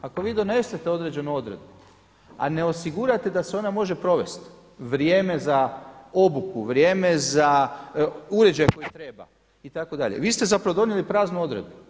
Ako vi donesete određenu odredbu, a ne osigurate da se ona može provesti vrijeme za obuku, vrijeme za uređaje koje treba, vi ste zapravo donijeli praznu odredbu.